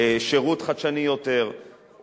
שירות חדשני יותר,